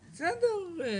בסדר.